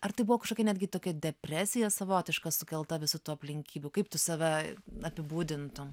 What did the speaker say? ar tai buvo kažkokia netgi tokia depresija savotiška sukelta visų tų aplinkybių kaip tu save apibūdintum